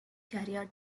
career